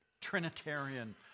Trinitarian